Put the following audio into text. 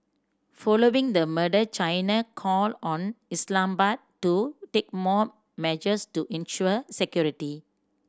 following the murder China called on Islamabad to take more measures to ensure security